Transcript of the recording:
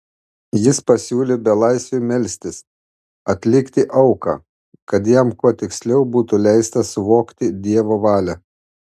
jis pasiūlė belaisviui melstis atlikti auką kad jam kuo tiksliau būtų leista suvokti dievo valią